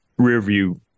rearview